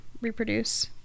reproduce